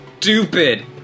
stupid